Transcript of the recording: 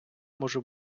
може